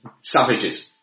Savages